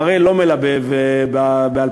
מראה לא מלבב ב-2013.